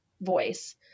voice